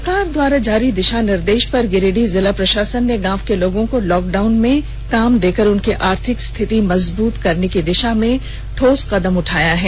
सरकार के द्वारा जारी दिशा निर्देश पर गिरिडीह जिला प्रशासन ने गाँव के लोगों को लॉक डाउन में काम देकर उनकी आर्थिक स्थिति मजबूत करने की दिशा में ठोस कदम उठाया है